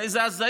הרי זו הזיה.